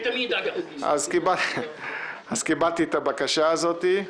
לכן כיבדתי את הבקשה הזאת.